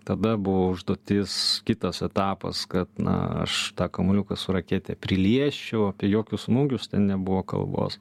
tada buvo užduotis kitas etapas kad na aš tą kamuoliuką su rakete priliesčiau apie jokius smūgius nebuvo kalbos